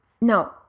No